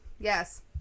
Yes